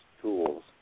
tools